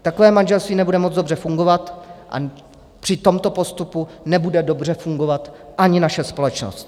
Takové manželství nebude moc dobře fungovat a při tomto postupu nebude dobře fungovat ani naše společnost.